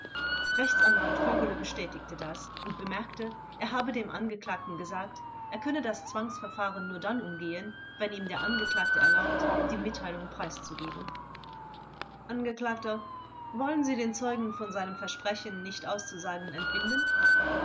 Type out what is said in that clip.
rechtsanwalt vögele bestätigte das und bemerkte er habe dem angeklagten gesagt er könne das zwangsverfahren nur dann umgehen wenn ihm der angeklagte erlaubt die mitteilung preiszugeben vors angeklagter wollen sie den zeugen von seinem versprechen nicht auszusagen entbinden